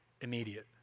immediate